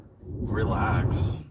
relax